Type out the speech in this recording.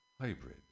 Hybrid